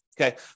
okay